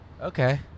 Okay